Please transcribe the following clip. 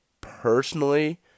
personally